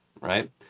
right